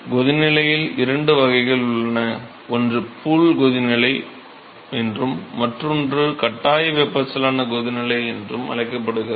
கொதிநிலையில் இரண்டு வகைகள் உள்ளன ஒன்று பூல் கொதிநிலை என்றும் மற்றொன்று கட்டாய வெப்பச்சலன கொதிநிலை என்றும் அழைக்கப்படுகிறது